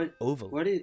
oval